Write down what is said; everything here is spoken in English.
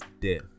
death